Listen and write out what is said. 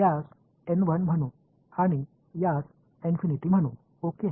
त्यास एन 1 म्हणू आणि यास म्हणू ओके